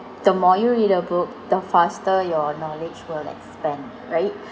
the more you read a book the faster your knowledge will expand right